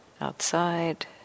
outside